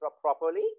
properly